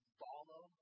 follow